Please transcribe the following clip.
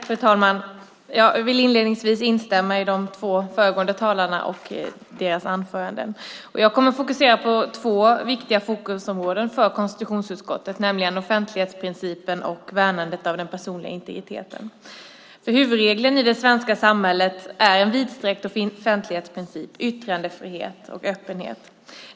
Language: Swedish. Fru talman! Jag vill inledningsvis instämma i de två föregående talarnas anföranden. Jag kommer att fokusera på två viktiga områden för konstitutionsutskottet, nämligen offentlighetsprincipen och värnandet av den personliga integriteten. Huvudregeln i det svenska samhället är en vidsträckt offentlighetsprincip, yttrandefrihet och öppenhet.